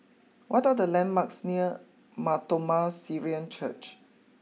what are the landmarks near Mar Thoma Syrian Church